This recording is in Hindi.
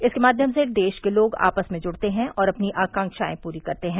इसके माध्यम से देश के लोग आपस में जुड़ते हैं और अपनी आकांक्षाएं पूरी करते हैं